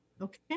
Okay